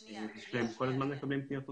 הם כל הזמן מקבלים פניות נוספות.